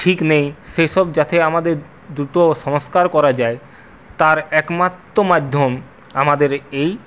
ঠিক নেই সেই সব যাতে আমাদের দ্রুত সংস্কার করা যায় তার একমাত্র মাধ্যম আমাদের এই